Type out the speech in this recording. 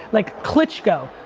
like klitschko,